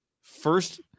First